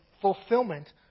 fulfillment